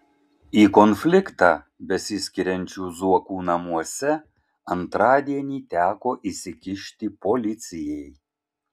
į konfliktą besiskiriančių zuokų namuose antradienį teko įsikišti policijai